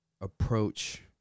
approach